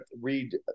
read